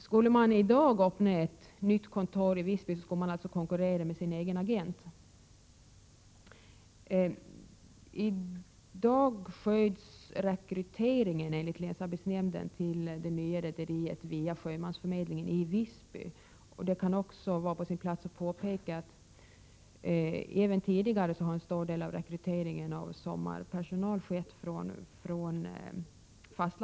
Skulle man i dag öppna ett nytt kontor i Visby skulle man alltså konkurrera Det kan också vara på sin plats att påpeka att även tidigare har en stor del av rekryteringen av sommarpersonal skett från fastlandet.